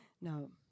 No